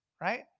right